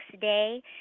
day